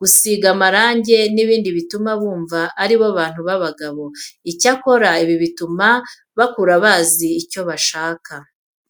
gusiga amarange n'ibindi bituma bumva ari abantu b'abagabo. Icyakora ibi bituma bakura bazi icyo bashaka.